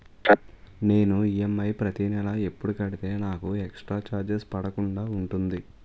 నేను ఈ.ఎం.ఐ ప్రతి నెల ఎపుడు కడితే నాకు ఎక్స్ స్త్ర చార్జెస్ పడకుండా ఉంటుంది?